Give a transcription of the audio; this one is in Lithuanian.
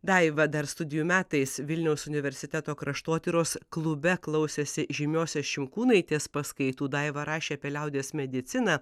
daiva dar studijų metais vilniaus universiteto kraštotyros klube klausėsi žymiose šimkūnaitės paskaitų daiva rašė apie liaudies mediciną